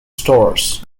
stores